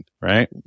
right